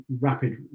rapid